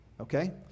Okay